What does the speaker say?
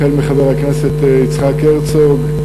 החל מחבר הכנסת יצחק הרצוג,